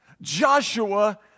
Joshua